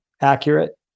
accurate